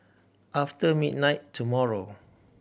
after midnight tomorrow